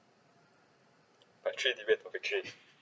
part three debate topic change